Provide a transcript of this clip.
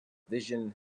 vision